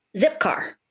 Zipcar